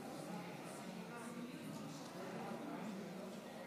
שר הבריאות.